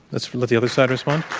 let's let the other side respond.